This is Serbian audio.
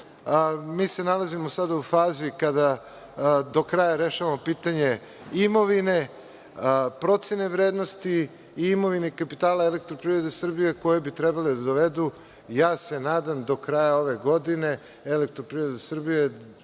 Mi se nalazimo sada u fazi kada do kraja rešavamo pitanje imovine, procene vrednosti imovine i kapitala „Elektroprivrede Srbije“, koje bi trebale da dovedu, ja se nadam, do kraja ove godine „Elektroprivredu Srbije“